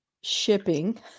shipping